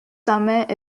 summit